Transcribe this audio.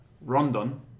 Rondon